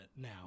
now